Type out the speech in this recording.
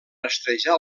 rastrejar